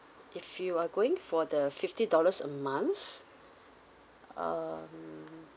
if you are going for the fifty dollars a month um